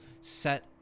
set